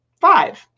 five